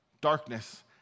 darkness